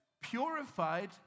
purified